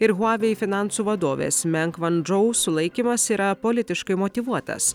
ir huavei finansų vadovės meng vendžou sulaikymas yra politiškai motyvuotas